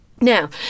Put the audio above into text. Now